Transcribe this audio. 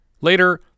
Later